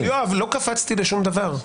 לא קפצתי לשום דבר.